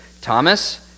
Thomas